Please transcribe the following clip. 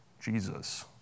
Jesus